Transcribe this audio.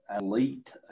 elite